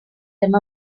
them